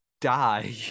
die